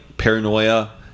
paranoia